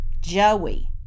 Joey